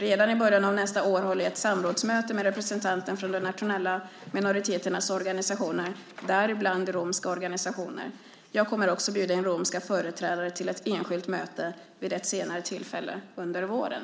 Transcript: Redan i början av nästa år håller jag ett samrådsmöte med representanter från de nationella minoriteternas organisationer, däribland romska organisationer. Jag kommer också att bjuda in romska företrädare till ett enskilt möte vid ett senare tillfälle under våren.